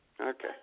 Okay